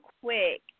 quick